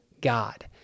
God